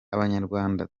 abanyarwanda